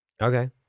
Okay